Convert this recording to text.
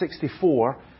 1964